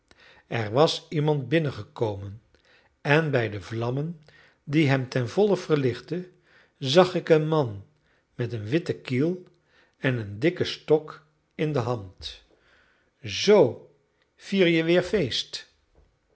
er was iemand binnengekomen en bij de vlammen die hem ten volle verlichtten zag ik een man met een witten kiel en een dikken stok in de hand zoo vier je weer feest